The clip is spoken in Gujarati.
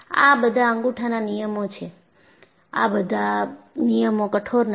આ બધા અંગૂઠાના નિયમો છે આ બધા નિયમો કઠોર નથી